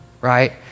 right